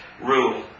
rule